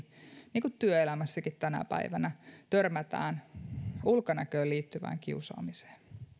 niin kuin työelämässäkin tänä päivänä törmätään ulkonäköön liittyvään kiusaamiseen